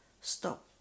stop